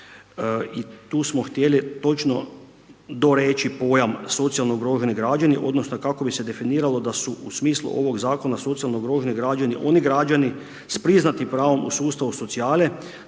i tu smo htjeli točno doreći pojam socijalno ugroženi građani odnosno kako bi se definiralo da su u smislu ovog zakona socijalno ugroženi građani oni građani s priznatim pravom u sustavu socijale